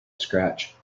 scratch